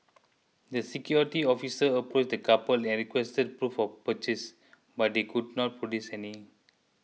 the security officer approached the couple and requested proof of purchase but they could not produce any